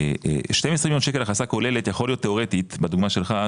12 מיליון שקל הכנסה כוללת יכול להיות תיאורטית בדוגמה שלך,